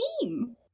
team